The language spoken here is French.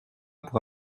pour